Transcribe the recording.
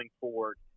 forward